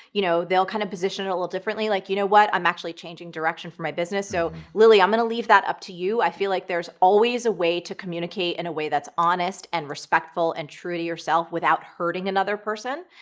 you know they'll kind of position it a little differently, like, you know what, i'm actually changing direction for my business. so lily, i'm gonna leave that up to you, i feel like there's always a way to communicate in a way that's honest and respectful and true to yourself without hurting another person.